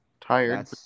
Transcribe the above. Tired